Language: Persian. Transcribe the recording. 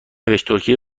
نوشتترکیه